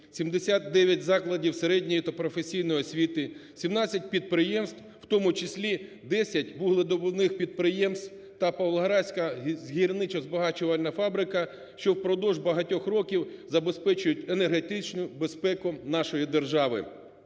79 закладів середньої та професійної освіти, 17 підприємств, в тому числі 10 вугледобувних підприємств та Павлоградська гірничо-збагачувальна фабрика, що впродовж багатьох років забезпечують енергетичну безпеку нашої держави.